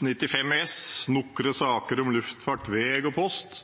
95 S Nokre saker om luftfart, veg og post.